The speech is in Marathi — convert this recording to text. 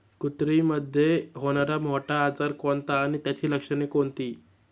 कुत्रीमध्ये होणारा मोठा आजार कोणता आणि त्याची लक्षणे कोणती?